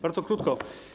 Bardzo krótko.